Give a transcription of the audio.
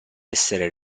essere